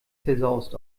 zerzaust